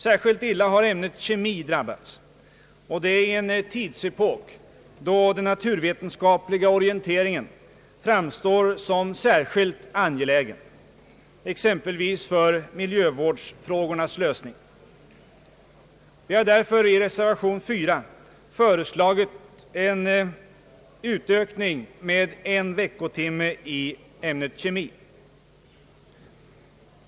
Särskilt illa har ämnet kemi drabbats, och det i en tidsepok på den naturvetenskapliga orienteringen framstår som synnerligen angelägen, exempelvis för miljövårdsfrågornas lösning. Vi har därför i reservation nr 4 föreslagit en ökning med en veckotimme i ämnet kemi.